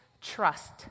trust